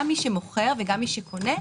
שגם מי שמוכר וגם מי שקונה,